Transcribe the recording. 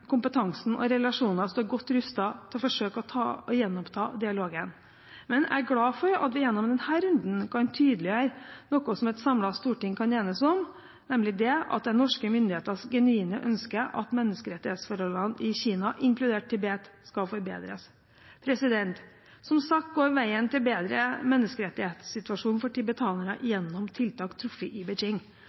og relasjoner, står godt rustet til å forsøke å gjenoppta dialogen. Men jeg er glad for at vi gjennom denne runden kan tydeliggjøre noe som et samlet storting kan enes om, nemlig at det er norske myndigheters genuine ønske at menneskerettighetsforholdene i Kina, inkludert Tibet, skal forbedres. Som sagt går veien til en bedre menneskerettighetssituasjon for tibetanerne gjennom tiltak truffet i Beijing.